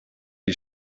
die